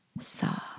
Saw